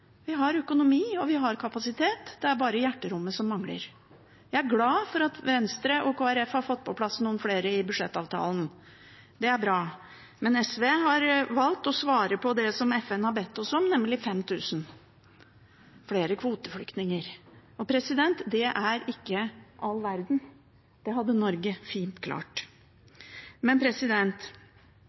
vi har økonomi, og vi har kapasitet, det er bare hjerterommet som mangler. Jeg er glad for at Venstre og Kristelig Folkeparti har fått på plass noen flere i budsjettavtalen. Det er bra. Men SV har valgt å svare på det som FN har bedt oss om, nemlig 5 000 flere kvoteflyktninger. Det er ikke all verden – det hadde Norge fint klart.